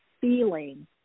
feeling